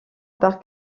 par